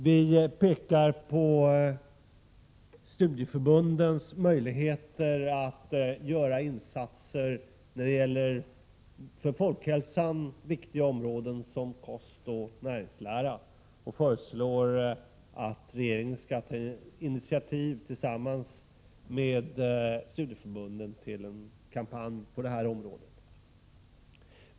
Vi pekar på studieförbundens möjligheter att göra insatser när det gäller för folkhälsan viktiga områden som kost och näringslära, och vi föreslår att regeringen skall ta initiativ tillsammans med studieförbunden till en kampanj på det här området.